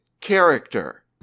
character